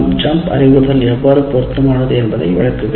jump அறிவுறுத்தல் எவ்வாறு பொருத்தமானது என்பதை விளக்குவேன்